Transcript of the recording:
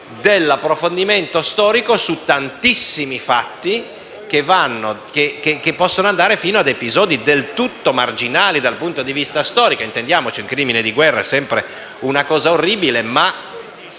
dell'approfondimento storico su tantissimi fatti che possono andare fino ad episodi del tutto marginali dal punto di vista storico. Intendiamoci, un crimine di guerra è sempre una cosa orribile, ma